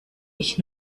ich